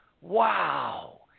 wow